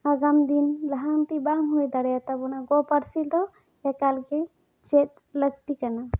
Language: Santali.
ᱟᱜᱟᱢ ᱫᱤᱱ ᱞᱟᱦᱟᱱᱛᱤ ᱵᱟᱝ ᱦᱩᱭ ᱫᱟᱲᱮᱭᱟ ᱛᱟᱵᱚᱱᱟ ᱜᱚ ᱯᱟᱹᱨᱥᱤ ᱫᱚ ᱮᱠᱟᱞ ᱜᱮ ᱪᱮᱫ ᱞᱟᱹᱠᱛᱤ ᱠᱟᱱᱟ